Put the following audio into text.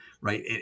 right